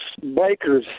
bikers